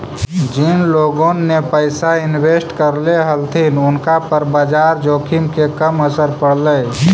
जिन लोगोन ने पैसा इन्वेस्ट करले हलथिन उनका पर बाजार जोखिम के कम असर पड़लई